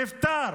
הוא נפטר,